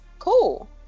Cool